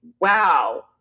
wow